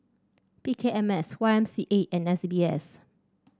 P K M S Y M C A and S B S